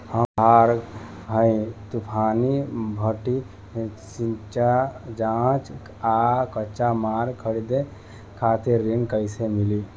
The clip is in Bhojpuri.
हम लोहार हईं फूंकनी भट्ठी सिंकचा सांचा आ कच्चा माल खरीदे खातिर ऋण कइसे मिली?